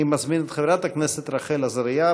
אני מזמין את חברת הכנסת רחל עזריה.